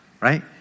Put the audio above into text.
right